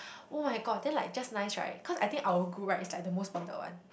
[oh]-my-god then like just nice right cause I think our group right is like the most bonded one